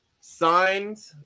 signed